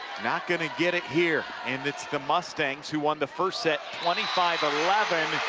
not going to get it here. and it's the mustangs who won the first set twenty five eleven.